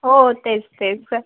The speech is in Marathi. हो हो तेच तेच तर